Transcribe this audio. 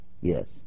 Yes